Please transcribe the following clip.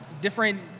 different